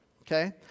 okay